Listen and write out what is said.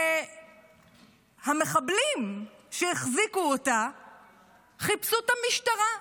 שהמחבלים שהחזיקו אותה חיפשו את המשטרה.